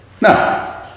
no